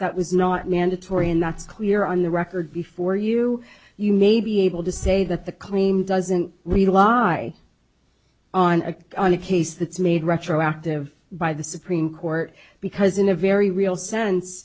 that was not mandatory and that's clear on the record before you you may be able to say that the claim doesn't rely on a case that's made retroactive by the supreme court because in a very real sense